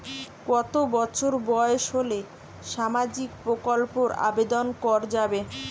কত বছর বয়স হলে সামাজিক প্রকল্পর আবেদন করযাবে?